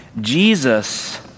Jesus